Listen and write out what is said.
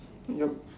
yup